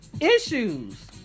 issues